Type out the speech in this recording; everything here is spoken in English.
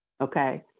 okay